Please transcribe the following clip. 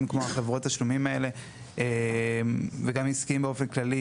כמו חברות התשלומים האלה וגם עסקיים באופן כללי,